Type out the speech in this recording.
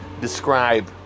describe